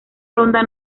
ronda